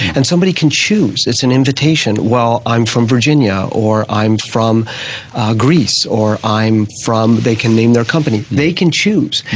and somebody can choose, it's an invitation, well, i'm from virginia, or i'm from greece, or i'm from, they can name their company, they can choose,